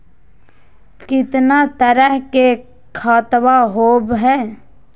कितना तरह के खातवा होव हई?